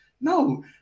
No